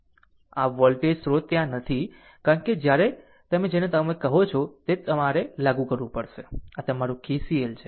આમ વોલ્ટેજ સ્રોત ત્યાં નથી કારણ કે તમારે જેને તમે કહો છો તે અમારે લાગુ કરવું પડશે કે તમારું KCL છે